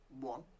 one